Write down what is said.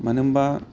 मानो होनोबा